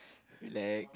relax